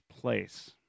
place